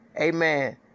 Amen